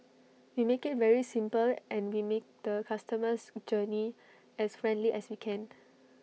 we make IT very simple and we make the customer's journey as friendly as we can